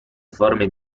forme